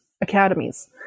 academies